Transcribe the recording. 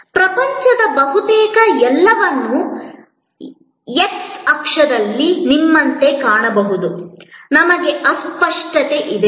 ಪ್ರಪಂಚದ ಬಹುತೇಕ ಎಲ್ಲವನ್ನೂ x ಅಕ್ಷದಲ್ಲಿ ನಿಮ್ಮಂತೆ ಕಾಣಬಹುದು ನಮಗೆ ಅಸ್ಪಷ್ಟತೆ ಇದೆ